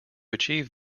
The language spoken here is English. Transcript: achieve